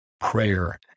prayer